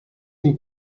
die